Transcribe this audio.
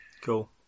Cool